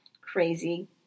crazy